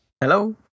Hello